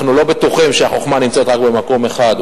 אנחנו לא בטוחים שהחוכמה נמצאת רק במקום אחד,